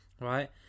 Right